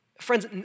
Friends